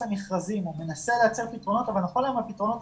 מכרזים או מנסה לייצר פתרונות אבל נכון להיום הפתרונות